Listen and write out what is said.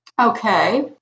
Okay